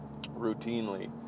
routinely